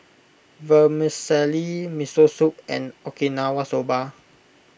Vermicelli Miso Soup and Okinawa Soba